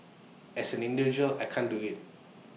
as an individual I can't do IT